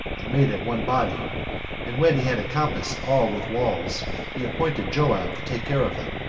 and made it one body and when he had encompassed all with walls, he appointed joab to take care of them.